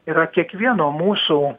yra kiekvieno mūsų